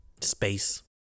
Space